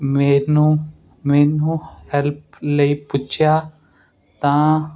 ਮੈਨੂੰ ਮੈਨੂੰ ਹੈਲਪ ਲਈ ਪੁੱਛਿਆ ਤਾਂ